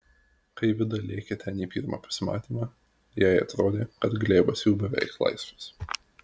kai vida lėkė ten į pirmą pasimatymą jai atrodė kad glėbas jau beveik laisvas